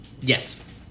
Yes